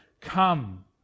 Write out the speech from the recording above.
come